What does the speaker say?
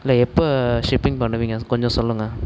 இல்லை எப்போ ஷிப்பிங் பண்ணுவீங்க கொஞ்சம் சொல்லுங்கள்